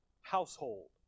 household